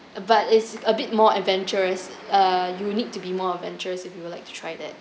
but it's a bit more adventurous uh you need to be more adventurous if you would like to try that